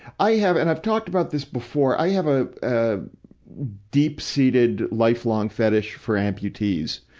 i have and i've talked about this before, i have a, a deep-seated lifelong fetish for amputees.